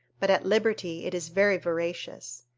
but at liberty it is very voracious.